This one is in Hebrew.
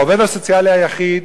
העובד הסוציאלי היחיד,